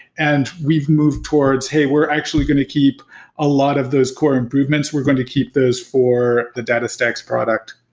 and we've moved towards, hey, we're actually going to keep a lot of those core improvements. we're going to keep those for the datastax product.